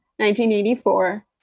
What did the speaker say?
1984